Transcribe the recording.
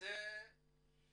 אז זה צריך